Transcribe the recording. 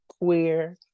queer